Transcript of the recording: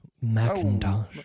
Macintosh